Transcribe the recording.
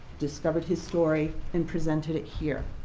discovered his story and presented it here.